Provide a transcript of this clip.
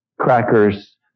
crackers